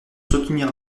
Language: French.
soutenir